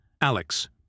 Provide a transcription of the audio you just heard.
Alex